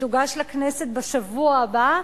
שתוגש לכנסת בשבוע הבא,